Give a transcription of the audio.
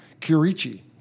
Kirichi